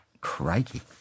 Crikey